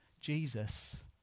Jesus